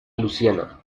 luciana